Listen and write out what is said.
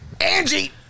Angie